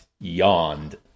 yawned